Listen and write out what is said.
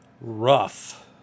rough